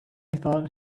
thought